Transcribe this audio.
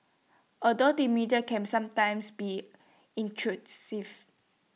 although the media can sometimes be intrusive